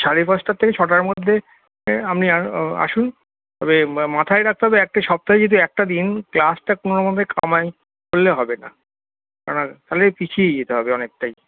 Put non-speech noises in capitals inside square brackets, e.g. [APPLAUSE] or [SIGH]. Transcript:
সাড়ে পাঁচটার থেকে ছটার মধ্যে আপনি আসুন তবে মাথায় রাখতে হবে একটাই সপ্তাহে যেহেতু একটা দিন ক্লাসটা কোনো মতে কামাই করলে হবেনা [UNINTELLIGIBLE] তাহলে পিছিয়ে যেতে হবে অনেকটাই